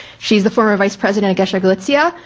she's the former vice president of gesher galicia.